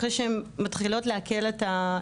אחרי שהן מתחילות לעכל את האירוע.